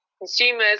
consumers